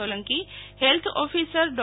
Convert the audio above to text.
Solanki health officer Dr